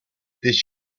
this